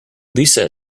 lisa